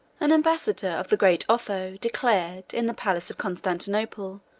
an ambassador of the great otho declared, in the palace of constantinople,